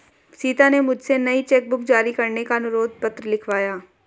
सीता ने मुझसे नई चेक बुक जारी करने का अनुरोध पत्र लिखवाया